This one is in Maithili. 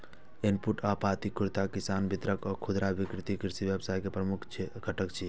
इनपुट आपूर्तिकर्ता, किसान, वितरक आ खुदरा विक्रेता कृषि व्यवसाय के प्रमुख घटक छियै